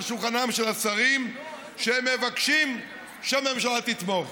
שולחנם של השרים ומבקשים שהממשלה תתמוך.